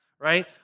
right